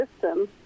system